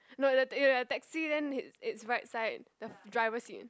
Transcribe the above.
no the you the taxi then it it's right side the driver seat